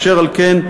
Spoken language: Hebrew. אשר על כן,